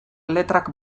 letrak